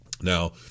Now